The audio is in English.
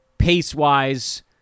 Pace-wise